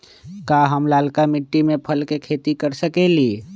का हम लालका मिट्टी में फल के खेती कर सकेली?